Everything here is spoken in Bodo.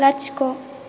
लाथिख'